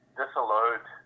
disallowed